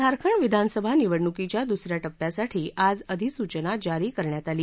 झारखंड विधानसभा निवडणूकीच्या दुस या टप्प्यासाठी आज आधिसूचना जारी करण्यात आली